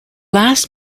last